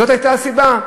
זאת הייתה הסיבה?